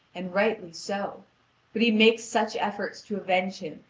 and rightly so but he makes such efforts to avenge him,